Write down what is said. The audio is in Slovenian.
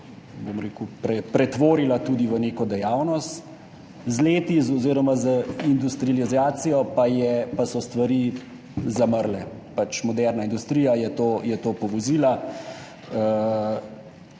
zadeva pretvorila tudi v neko dejavnost, z leti oziroma z industrializacijo pa so stvari zamrle, pač moderna industrija je to povozila.